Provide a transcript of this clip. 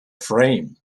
frame